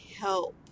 help